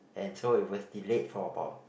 and so it was delayed for about